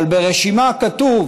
אבל ברשימה כתוב